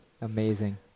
Amazing